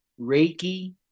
Reiki